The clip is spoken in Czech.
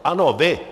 Ano, vy.